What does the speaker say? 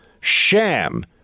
sham